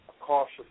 cautious